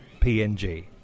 PNG